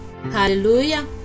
Hallelujah